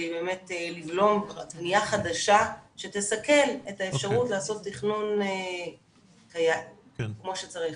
באמת לבלום בניה חדשה שתסכל את האפשרות לעשות תכנון כמו שצריך.